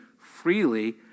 freely